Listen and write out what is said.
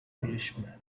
englishman